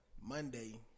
Monday